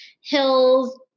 hills